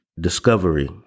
discovery